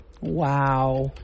Wow